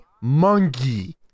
Monkey